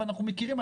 ואנחנו מכירים,